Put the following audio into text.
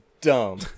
dumb